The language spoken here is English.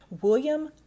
William